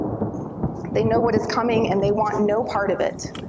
they know what is coming, and they want no part of it.